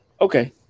Okay